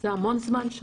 שנה זה המון זמן.